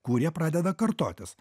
kurie pradeda kartotis